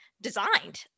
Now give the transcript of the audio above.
designed